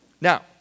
Now